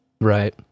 Right